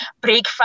breakfast